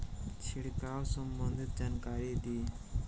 छिड़काव संबंधित जानकारी दी?